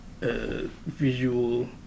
visual